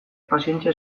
pazientzia